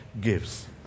gives